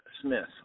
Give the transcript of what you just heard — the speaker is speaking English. Smith